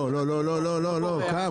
לא, לא, קמו.